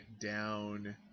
down